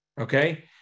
okay